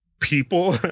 people